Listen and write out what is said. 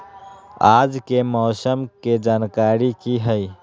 आज के मौसम के जानकारी कि हई?